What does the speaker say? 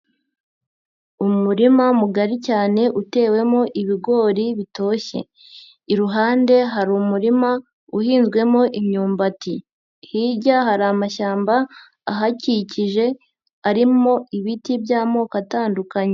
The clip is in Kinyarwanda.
Umurima mugari cyane utewemo ibigori bitoshye, iruhande hari umurima uhinzwemo imyumbati, hirya hari amashyamba ahakikije arimo ibiti by'amoko atandukanye.